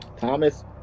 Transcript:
Thomas